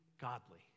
godly